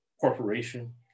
corporation